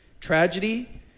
tragedy